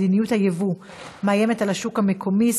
בנושא: מדיניות הייבוא מאיימת על השוק המקומי,